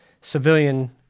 civilian